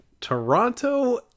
Toronto